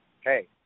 hey